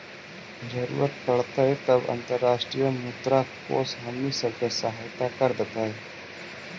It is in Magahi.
जरूरत पड़तई तब अंतर्राष्ट्रीय मुद्रा कोश हमनी सब के सहायता कर देतई